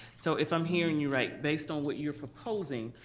so if i'm hearing you right based on what you're proposing,